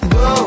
go